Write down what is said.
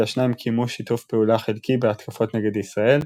כי השניים קיימו שיתוף פעולה חלקי בהתקפות כנגד ישראל,